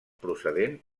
procedent